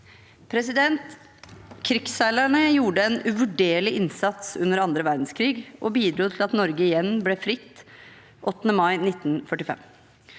Krigsseilerne gjorde en uvurderlig innsats under annen verdenskrig og bidro til at Norge igjen ble fritt 8. mai 1945.